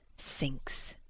sinks.